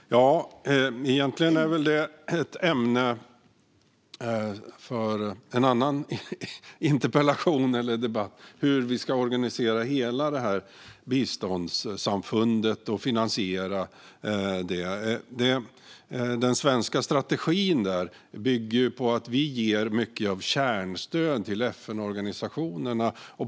Fru talman! Egentligen är det ett ämne för en annan interpellationsdebatt. Det handlar om hur vi ska organisera hela biståndssamfundet och finansiera det. Den svenska strategin bygger på att vi ger mycket av kärnstöd till FN-organisationerna.